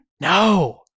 No